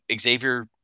Xavier